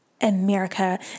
America